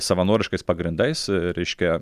savanoriškais pagrindais reiškia